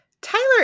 Tyler